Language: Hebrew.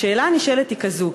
השאלה הנשאלת היא כזו: